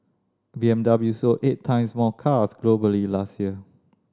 B M W sold eight times more cars globally last year